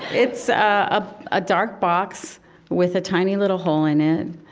it's ah a dark box with a tiny, little hole in it.